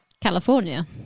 California